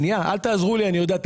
יפה מאוד.